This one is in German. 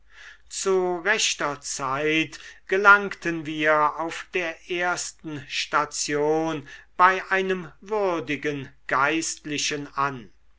zu rechter zeit gelangten wir auf der ersten station bei einem würdigen geistlichen an